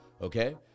okay